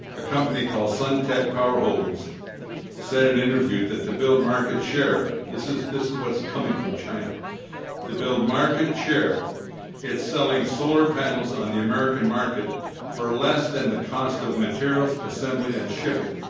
a company called suntech power holdings said in an interview that to build market share this is this is what's coming from china to build market share it's selling solar panels on the american market for less than the cost of materials, assembly and shipping.